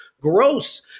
gross